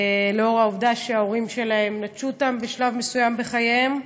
לאור העובדה שההורים שלהם נטשו אותם בשלב מסוים בחייהם,